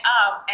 up